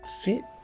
fit